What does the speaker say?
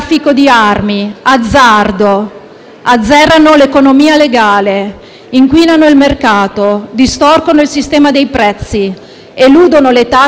azzerano l'economia legale, inquinano il mercato, distorcono il sistema dei prezzi, eludono le tasse con false fatturazioni.